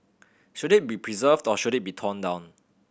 should it be preserved or should it be torn down